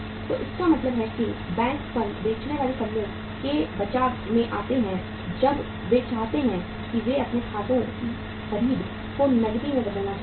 तो इसका मतलब है कि बैंक फर्म बेचने वाली फर्मों के बचाव में आते हैं जब वे चाहते हैं या वे अपने खातों की रसीदों को नकदी में बदलना चाहते हैं